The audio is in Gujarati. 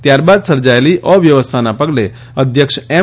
ત્યાર બાદ સર્જાયેલી અવ્યવસ્થાના પગલે અધ્યક્ષ એમ